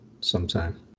sometime